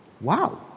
Wow